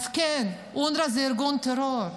אז כן, אונר"א זה ארגון טרור.